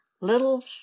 Little